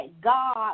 God